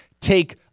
take